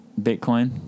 Bitcoin